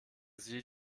sie